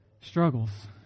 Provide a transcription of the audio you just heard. struggles